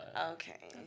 Okay